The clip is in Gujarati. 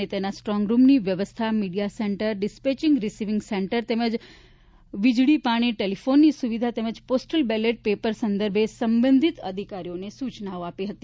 અને તેના સ્ટોંગરૂમની વ્યવસ્થા media centre dispatching receiving centre તેમજ બીજી અન્ય વીજળી પાણી ટેલિફોનની સુવિધા તેમજ પોસ્ટલ બેલેટ પેપર સંદર્ભે સબંધિત અધિકારીઓને સુચના આપી હતી